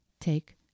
take